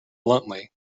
bluntly